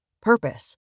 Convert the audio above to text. purpose